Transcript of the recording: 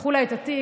פתחו לה את התיק,